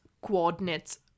coordinates